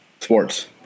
sports